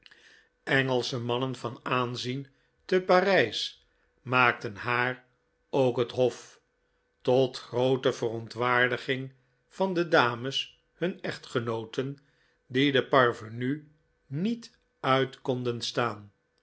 engelsche mannen van aanzien te parijs maakten haar ook het hof tot groote verontwaardiging van de dames hun echtgenooten die de parvenu niet uit konden staan